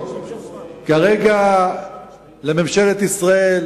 כרגע לממשלת ישראל